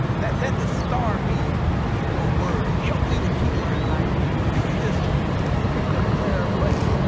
let, let the star be your word. help me to keep my eye on that. you can just click the prayer button.